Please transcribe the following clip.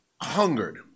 hungered